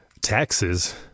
taxes